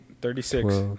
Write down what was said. Thirty-six